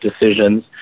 decisions